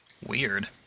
Weird